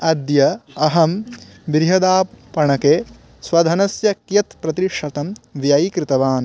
अद्य अहं बृहदापणके स्वधनस्य कियत् प्रतिशतं व्ययीकृतवान्